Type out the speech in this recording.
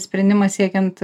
sprendimą siekiant